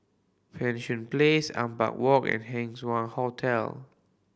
Place Ampang Walk and Wah Hotel